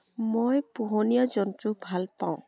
মই পুহনীয়া জন্তু ভাল পাওঁ